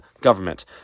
government